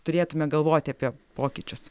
turėtume galvoti apie pokyčius